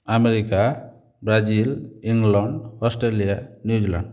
America Brazil England Australia New Zealand